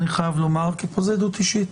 אני חייב לומר שפה זה עדות אישית.